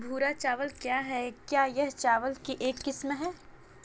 भूरा चावल क्या है? क्या यह चावल की एक किस्म है?